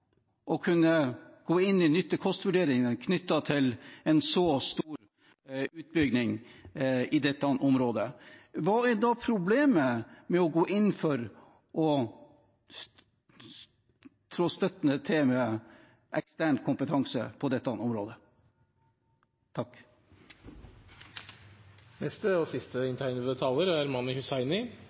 å kunne gå inn i nytte–kost-vurderingene knyttet til en så stor utbygging i dette området. Hva er da problemet med å gå inn for å trå støttende til med ekstern kompetanse på dette området? Representanten Mani Hussaini har hatt ordet to ganger tidligere og